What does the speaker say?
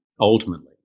ultimately